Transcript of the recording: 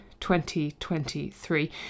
2023